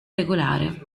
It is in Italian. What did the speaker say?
regolare